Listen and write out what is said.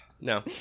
No